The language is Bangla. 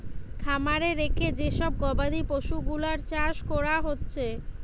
খামারে রেখে যে সব গবাদি পশুগুলার চাষ কোরা হচ্ছে